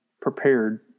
prepared